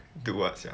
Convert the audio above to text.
do what sia